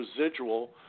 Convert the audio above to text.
residual